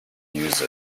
use